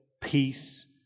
peace